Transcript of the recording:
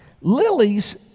Lilies